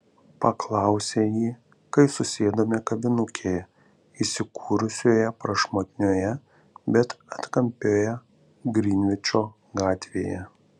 paklausė ji kai susėdome kavinukėje įsikūrusioje prašmatnioje bet atkampioje grinvičo gatvėje